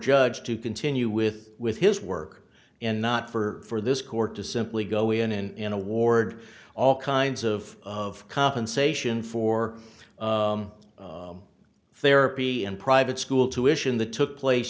judge to continue with with his work and not for this court to simply go in and award all kinds of of compensation for therapy and private school tuition the took place